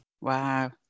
Wow